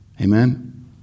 Amen